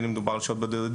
בין אם מדובר על שעות בודדות,